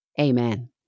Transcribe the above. Amen